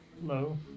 Hello